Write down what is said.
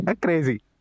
crazy